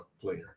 player